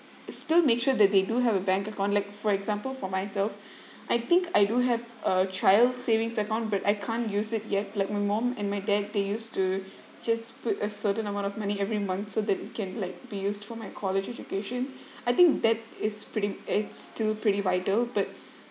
still make sure that they do have a bank account like for example for myself I think I do have a child savings account but I can't use it yet like my mum and my dad they used to just put a certain amount of money every month so that it can like be used for my college education I think that is pretty it's still pretty vital but